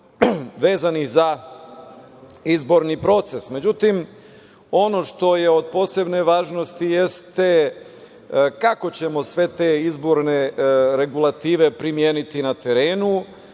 vezanih za izborni proces.Međutim, ono što je od posebne važnosti jeste kako ćemo sve te izborne regulative primeniti na terenu,